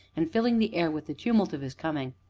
and filling the air with the tumult of his coming.